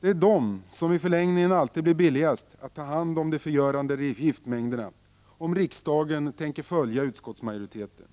Det är de-som till sist alltid blir billigast när det gäller att ta hand om de förgörande giftmängderna, om riksdagen tänker följa utskottsmajoriteten.